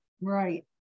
right